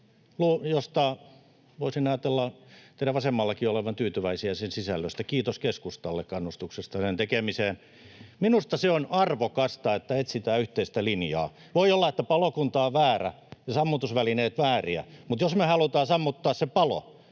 voisin ajatella teidän vasemmallakin olevan tyytyväisiä. Kiitos keskustalle kannustuksesta tämän tekemiseen. Minusta se on arvokasta, että etsitään yhteistä linjaa. Voi olla, että palokunta on väärä ja sammutusvälineet vääriä, mutta jos me halutaan sammuttaa se palo,